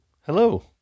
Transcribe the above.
Hello